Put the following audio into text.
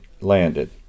landed